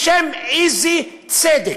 בשם איזה צדק?